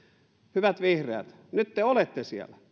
hyvät vihreät nyt te olette siellä